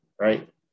right